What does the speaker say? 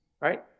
Right